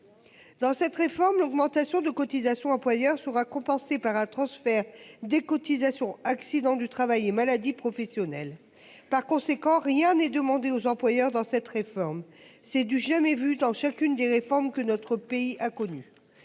Dans cette réforme, l'augmentation de cotisations employeurs sera compensé par un transfert des cotisations accidents du travail et maladies professionnelles par conséquent rien n'est demandé aux employeurs dans cette réforme, c'est du jamais vu dans chacune des réformes que notre pays a connu.